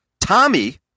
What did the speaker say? Tommy